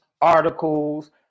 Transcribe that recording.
articles